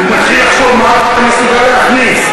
הוא מתחיל לחשוב מה אתה מסוגל להכניס.